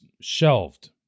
shelved